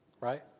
Right